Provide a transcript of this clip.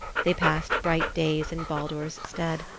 they passed bright days in baldur's stead,